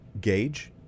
gauge